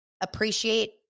appreciate